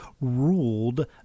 ruled